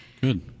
Good